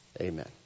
Amen